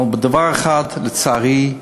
אבל בדבר אחד, לצערי,